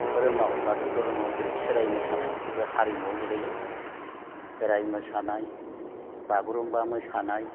धोरोमाव बाथौ धोरोमाव जेरै खेराइ मोसानाय बेबो हारिमुयाव गोलैयो खेराइ मोसानाय बागुरुमबा मोसानाय